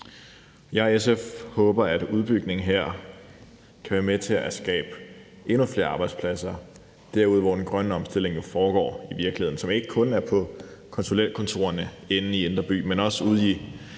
Jeg og SF håber, at udbygningen her kan være med til at skabe endnu flere arbejdspladser derude, hvor den grønne omstilling foregår i virkeligheden, og ikke kun på konsulentkontorerne inde i Indre By, men også ude i